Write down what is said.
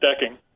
decking